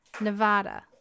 Nevada